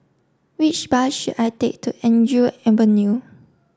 which bus should I take to Andrew Avenue